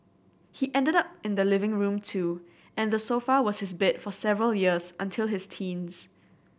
he ended up in the living room too and the sofa was his bed for several years until his teens